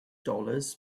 dollars